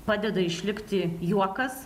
padeda išlikti juokas